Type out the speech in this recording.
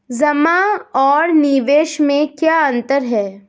जमा और निवेश में क्या अंतर है?